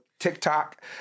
TikTok